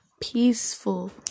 Peaceful